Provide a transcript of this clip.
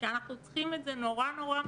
שאנחנו צריכים את זה מאוד מהר